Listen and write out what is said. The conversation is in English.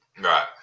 right